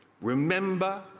remember